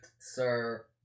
sir